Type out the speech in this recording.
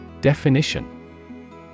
Definition